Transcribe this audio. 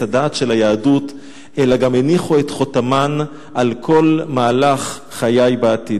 הדעת של היהדות אלא גם הניחו את חותמן על כל מהלך חיי בעתיד".